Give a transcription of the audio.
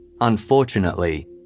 Unfortunately